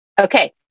Okay